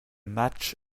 match